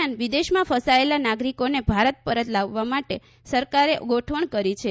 દરમિયાન વિદેશમાં ફસાયેલા નાગરિકોને ભારત પરત આવવા માટે સરકારે ગોઠવણ કરી છે